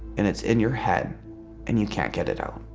and it's in your head and you can't get it out.